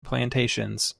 plantations